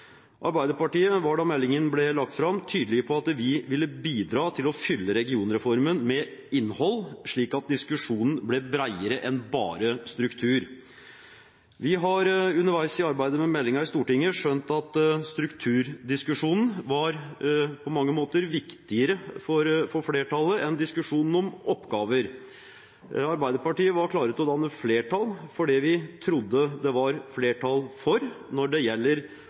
Arbeiderpartiet var, da meldingen ble lagt fram, tydelige på at vi ville bidra til å fylle regionreformen med innhold, slik at diskusjonen ble bredere enn bare struktur. Vi har underveis i arbeidet med meldingen i Stortinget skjønt at strukturdiskusjonen på mange måter var viktigere for flertallet enn diskusjonen om oppgaver. Vi i Arbeiderpartiet var klar til å danne flertall for det vi trodde det var flertall for når det gjelder